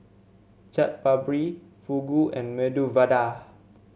Chaat Papri Fugu and Medu Vada